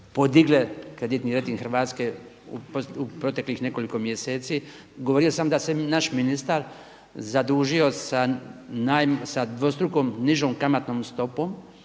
podigle kreditni rejting Hrvatske u proteklih nekoliko mjeseci. Govorio sam da se naš ministar zadužio sa dvostruko nižom kamatnom stopom,